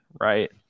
Right